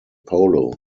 polo